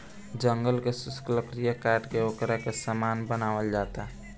जंगल के सुखल लकड़ी काट के ओकरा से सामान बनावल जाता